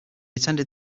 attended